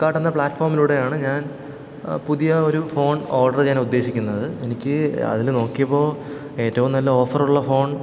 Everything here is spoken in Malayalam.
ഫ്ലിപ്പ്കാർട്ടെന്ന പ്ലാറ്റ്ഫോമിലൂടെയാണ് ഞാൻ പുതിയ ഒരു ഫോൺ ഓർഡര് ചെയ്യാനുദ്ദേശിക്കുന്നത് എനിക്ക് അതില് നോക്കിയപ്പോള് ഏറ്റവും നല്ല ഓഫറുള്ള ഫോൺ